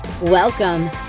Welcome